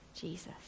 Jesus